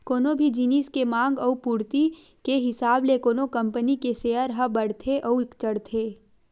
कोनो भी जिनिस के मांग अउ पूरति के हिसाब ले कोनो कंपनी के सेयर ह बड़थे अउ चढ़थे